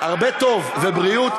הרבה טוב ובריאות,